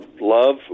love